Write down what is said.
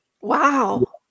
Wow